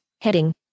Heading